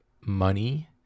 money